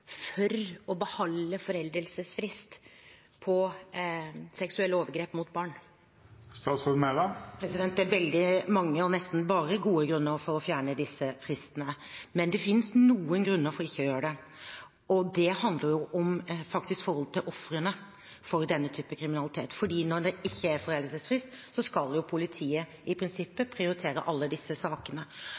for argument ser statsråden for å behalde foreldingsfrist på seksuelle overgrep mot barn? Det er veldig mange, og nesten bare gode, grunner for å fjerne disse fristene. Men det finnes noen grunner for ikke å gjøre det. Det handler faktisk om ofrene for denne typen kriminalitet. Når det ikke er foreldelsesfrist, skal politiet i prinsippet prioritere alle disse sakene,